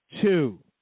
two